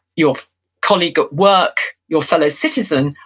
your colleague at work, your fellow citizen,